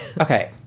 Okay